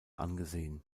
angesehen